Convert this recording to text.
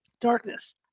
Darkness